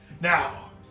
Now